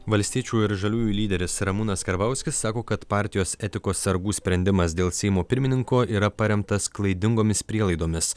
valstiečių ir žaliųjų lyderis ramūnas karbauskis sako kad partijos etikos sargų sprendimas dėl seimo pirmininko yra paremtas klaidingomis prielaidomis